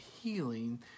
healing